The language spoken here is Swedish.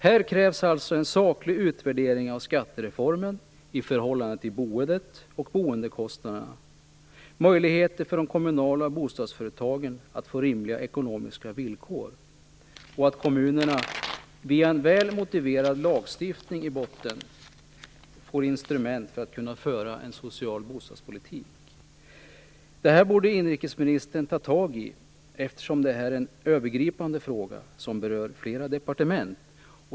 Här krävs alltså en saklig utvärdering av skattereformen i förhållande till boendet och boendekostnaderna, möjligheter för de kommunala bostadsföretagen att få rimliga ekonomiska villkor samt att kommunerna via en väl motiverad lagstiftning i botten får instrument för att kunna föra en social bostadspolitik. Det här borde inrikesministern ta tag i, eftersom det här är en övergripande fråga som berör flera departement.